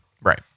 Right